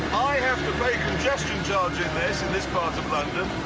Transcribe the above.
i have to pay congestion charge in this in this part of london.